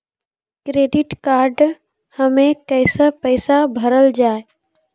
Credit card हम्मे कैसे पैसा भरल जाए?